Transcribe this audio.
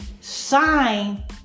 sign